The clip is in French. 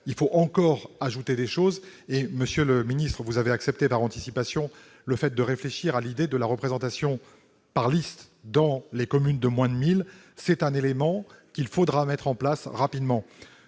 D'autres choses sont à faire. Monsieur le ministre, vous avez accepté par anticipation de réfléchir à l'idée de la représentation par liste dans les communes de moins de 1 000 habitants. C'est un élément qu'il faudra mettre en place rapidement.